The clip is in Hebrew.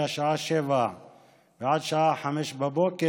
מהשעה 19:00 ועד השעה 05:00,